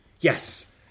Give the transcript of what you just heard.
Yes